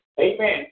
Amen